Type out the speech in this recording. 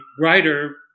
writer